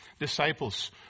disciples